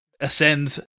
ascends